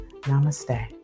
Namaste